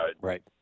Right